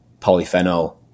polyphenol